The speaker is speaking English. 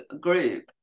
group